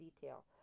detail